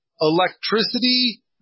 electricity